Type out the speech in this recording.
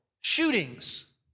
shootings